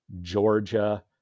Georgia